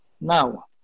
Now